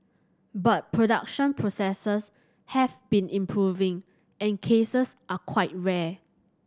but production processes have been improving and cases are quite rare